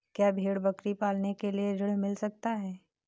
क्या भेड़ बकरी पालने के लिए ऋण मिल सकता है?